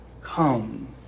come